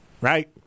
right